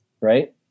Right